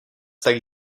tak